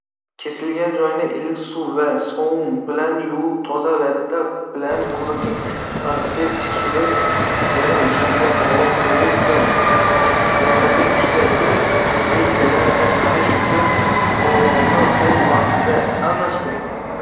Kesilgan joyni iliq suv va sovun bilan yuvib, toza latta bilan quriting. Antiseptik surib, yara ustiga bog‘lov qo‘yib qo‘ying. Yarani kuzatib, infektsiyadan saqlanish uchun bog‘lovni o‘z vaqtida almashtiring.